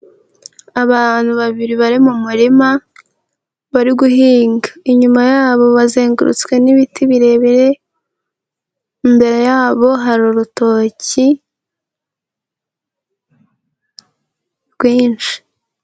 Abantu babiri bari mu murima, bari guhinga, inyuma yabo bazengurutswe n'ibiti birebire, imbere yabo hari urutoki rwinshi.